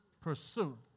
pursue